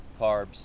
carbs